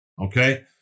Okay